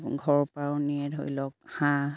ঘৰৰ পৰাও নিয়ে ধৰি লওক হাঁহ